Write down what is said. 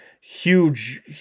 huge